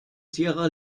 sierra